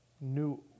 new